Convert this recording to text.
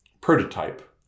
prototype